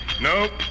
Nope